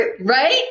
Right